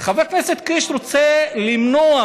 חבר הכנסת קיש רוצה למנוע,